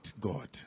God